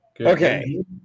Okay